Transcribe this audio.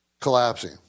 collapsing